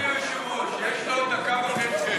אדוני היושב-ראש, יש לו עוד דקה וחצי.